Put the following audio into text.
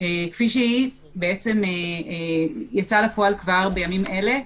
כפי שהיא יצא לפועל כבר בימים אלה.